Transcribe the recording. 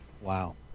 Wow